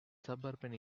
suburban